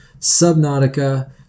Subnautica